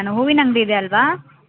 ಏನು ಫಂಕ್ಷನ್ ಇದೆಯಾ ಮನೆಯಲ್ಲಿ